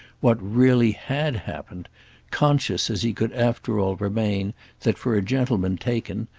what really had happened conscious as he could after all remain that for a gentleman taken,